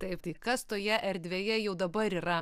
taip tai kas toje erdvėje jau dabar yra